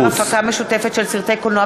הסכם בדבר הפקה משותפת של סרטי קולנוע